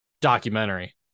documentary